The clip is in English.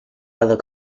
other